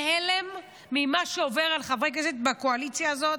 בהלם ממה שעובר על חברי כנסת בקואליציה הזאת.